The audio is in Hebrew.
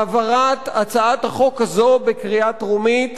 העברת הצעת החוק הזאת בקריאה טרומית